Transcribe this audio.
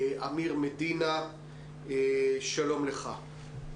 שלום לך.